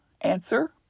Answer